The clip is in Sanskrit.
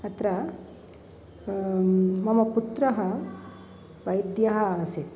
अत्र मम पुत्रः वैद्यः आसीत्